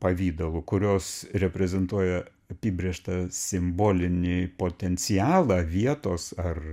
pavidalu kurios reprezentuoja apibrėžtą simbolinį potencialą vietos ar